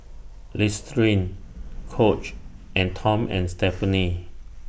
Listerine Coach and Tom and Stephanie